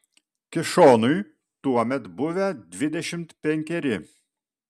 kišonui tuomet buvę dvidešimt penkeri